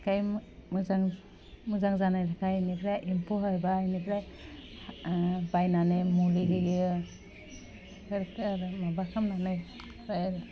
आमफ्राइ मोजां मोजां जानायखाय बिनिफ्राइ एम्फौ बायनानै मुलि होयो माबामखामनानै ओह